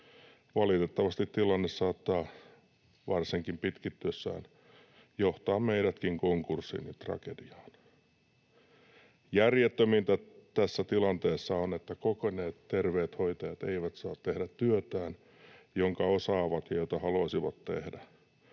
Valitettavasti tilanne saattaa varsinkin pitkittyessään johtaa meidätkin konkurssiin ja tragediaan. Järjettömintä tässä tilanteessa on, että kokeneet, terveet hoitajat eivät saa tehdä työtään, jonka osaavat ja jota haluaisivat tehdä.